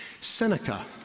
Seneca